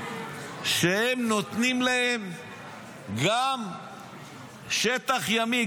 שהם נותנים להם גם שטח ימי,